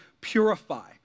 purify